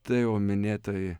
tai jau minėtoji